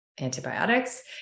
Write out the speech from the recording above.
antibiotics